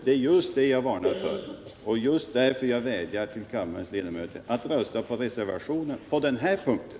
Det är just det som jag varnade för, och jag vädjar till kammarens ledamöter att rösta för reservationen på den här punkten.